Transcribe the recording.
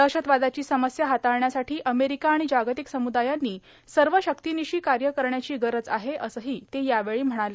दहशतवादाची समस्या हाताळण्यासाठी अमेरिका आणि जागतिक समुदायांनी सर्व शक्तीनिशी कार्य करण्याची गरज आहे असंही ते यावेळी म्हणाले